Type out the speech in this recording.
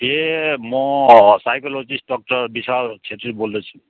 ए म psychologist doctor Vishal Chhetri बोल्दैछु